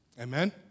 Amen